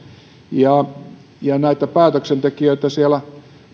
ja päätöksentekijöitä siellä